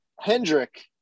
Hendrick